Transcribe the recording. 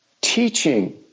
teaching